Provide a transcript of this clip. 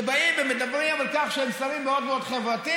שבאים ומדברים על כך שהם שרים מאוד מאוד חברתיים,